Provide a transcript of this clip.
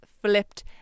flipped